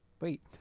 Wait